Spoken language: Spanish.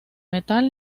metal